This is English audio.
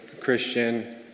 Christian